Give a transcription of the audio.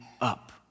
up